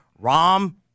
Rom